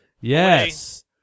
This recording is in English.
Yes